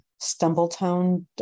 Stumbletown